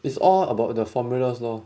it's all about the formulas lor